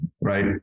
Right